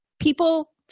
People